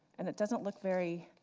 and it doesn't look very,